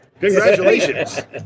Congratulations